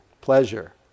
pleasure